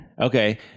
Okay